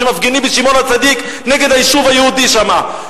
שמפגינים בשמעון-הצדיק נגד היישוב היהודי שם.